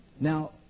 Now